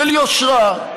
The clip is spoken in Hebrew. של יושרה,